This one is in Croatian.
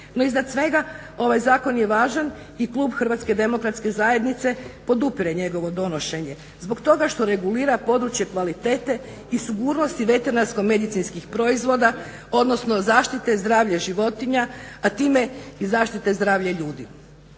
No, iznad svega ovaj zakon je važan i klub HDZ-a podupire njegovo donošenje zbog toga što regulira područje kvalitete i sigurnosti veterinarsko-medicinskih proizvoda, odnosno zaštite zdravlja životinja a time i zaštite zdravlja ljudi.